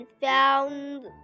found